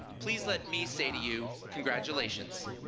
please let me say to you, congratulations.